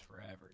forever